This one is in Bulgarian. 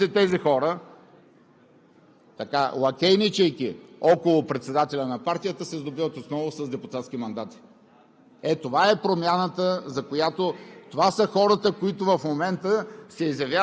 че са предпочели тези хора да не ги виждат повече във властта, обаче същите тези хора, лакейничейки около председателя на партията, се сдобиват отново с депутатски мандати.